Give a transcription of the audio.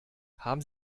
haben